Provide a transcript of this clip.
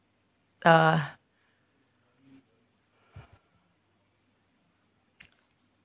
uh